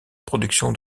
production